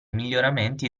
miglioramenti